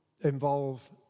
involve